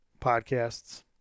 Podcasts